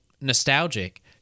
nostalgic